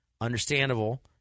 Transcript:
Understandable